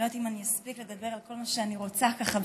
אני לא יודעת אם אני אספיק לדבר על כל מה שאני רוצה ככה,